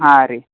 ಹಾಂ ರಿ